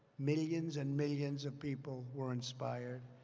millions and millions of people were inspired.